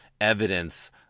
evidence